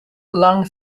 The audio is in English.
long